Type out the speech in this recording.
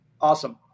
Awesome